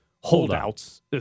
holdouts